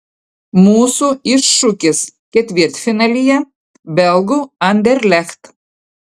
mūsų iššūkis ketvirtfinalyje belgų anderlecht